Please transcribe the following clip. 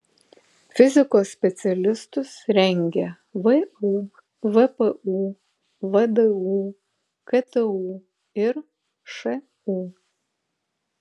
fizikos specialistus rengia vu vpu vdu ktu ir šu